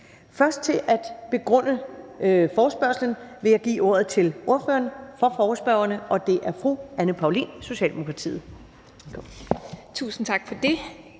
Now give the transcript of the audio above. For at give en begrundelse for forespørgslen vil jeg først give ordet til ordføreren for forespørgerne, og det er fru Anne Paulin, Socialdemokratiet. Kl.